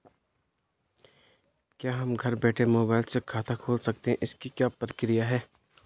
क्या हम घर बैठे मोबाइल से खाता खोल सकते हैं इसकी क्या प्रक्रिया है?